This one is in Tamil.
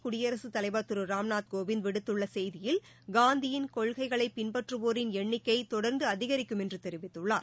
குடியரசுத் தலைவர் திரு ராம்நாத் கோவிந்த் விடுத்துள்ள செய்தியில் காந்தியின் கொள்கையை பின்பற்றவோரின் எண்ணிக்கை தொடர்ந்து அதிகரிக்கும் என்று தெரிவித்துள்ளார்